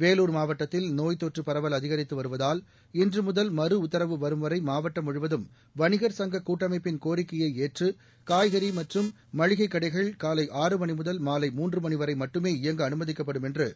வேலூர் மாவட்டத்தில் நோய் தொற்று பரவல் அதிகரித்து வருவதால் இன்று முதல் மறு உத்தரவு வரும் வரை மாவட்டம் முழுவதும் வணிகர் சங்க கூட்டமைப்பின் கோரிக்கையை ஏற்று காய்கறி மற்றும் மணிகைக் கடைகள் காலை ஆறு மணி முதல் மாலை மூன்று மணி வரை மட்டுமே இயங்க அனுமதிக்கப்படும் என்று